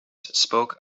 spoke